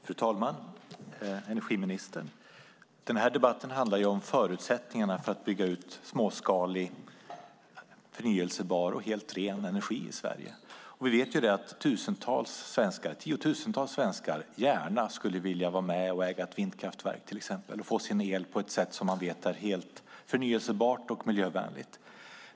Fru talman och energiministern! Denna debatt handlar om förutsättningarna för att bygga ut småskalig, förnybar och helt ren energi i Sverige. Vi vet att tiotusentals svenskar gärna skulle vilja vara med och till exempel äga ett vindkraftverk och få sin el på ett sätt som man vet är helt förnybart och miljövänligt.